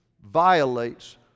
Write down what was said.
violates